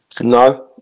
No